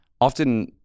often